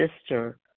sister